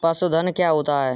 पशुधन क्या होता है?